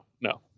no